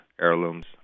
heirlooms